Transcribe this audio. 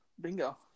Bingo